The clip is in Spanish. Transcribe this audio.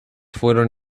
fueron